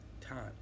time